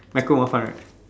micro more fun right